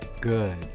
good